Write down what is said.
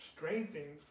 Strengthening